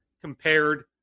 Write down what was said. compared